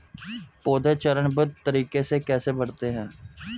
पौधे चरणबद्ध तरीके से कैसे बढ़ते हैं?